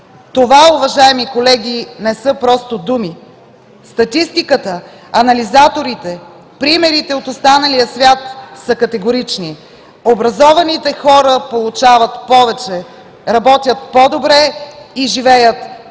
Това, уважаеми колеги, не са просто думи. Статистиката, анализаторите, примерите от останалия свят са категорични – образованите хора получават повече, работят по-добре и живеят по